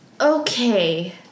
okay